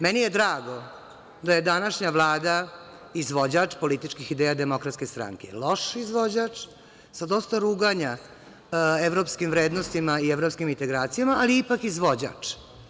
Meni je drago da je današnja Vlada izvođač političkih ideja DS, loš izvođač, sa dosta ruganja evropskim vrednostima i evropskim integracijama, ali ipak izvođač.